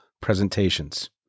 presentations